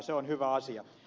se on hyvä asia